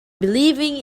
believing